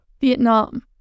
Vietnam